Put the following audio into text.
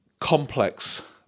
complex